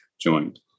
joined